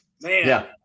Man